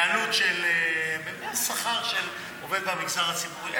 עלות של שכר של עובד במגזר הציבורי.